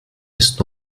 ist